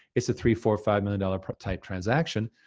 is a three, four, five million dollar type transaction.